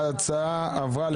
ההצעה עברה לוועדת הכספים.